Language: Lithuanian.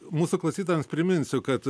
mūsų klausytojams priminsiu kad